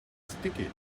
sticky